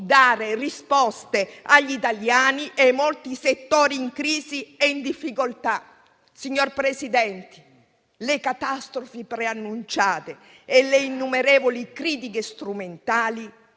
dare risposte agli italiani e ai molti settori in crisi e in difficoltà. Signor Presidente, le catastrofi preannunciate e le innumerevoli critiche strumentali